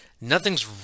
nothing's